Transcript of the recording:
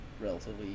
relatively